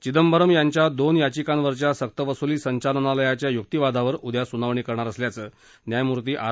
चिदंबरम यांच्या दोन याचिकांवरच्या सक्तवसुली संचालनालयाच्या युक्तीवादावर उद्या सुनावणी करणार असल्याचं न्यायमुर्ती आर